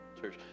Church